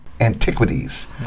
antiquities